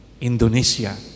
Indonesia